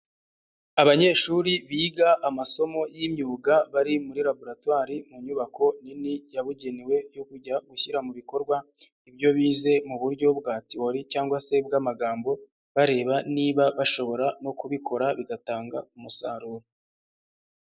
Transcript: Abanyeshuri biga amasomo y'imyuga bari muri laboratoire mu nyubako nini yabugenewe yo gushyira mu bikorwa ibyo bize mu buryo bwa theorie, cyangwa se bw'amagambo bareba niba bashobora no kubikora bigatanga umusaruro.